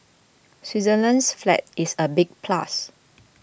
Switzerland's flag is a big plus